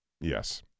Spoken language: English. Yes